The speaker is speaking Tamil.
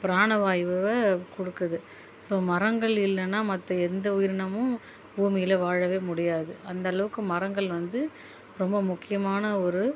பிரண வாயுவை கொடுக்குது ஸோ மரங்கள் இல்லைனா மற்ற எந்த உயிரினமும் பூமியில் வாழவே முடியாது அந்த அளவுக்கு வந்து மரங்கள் வந்து ரொம்ப முக்கியமான ஒரு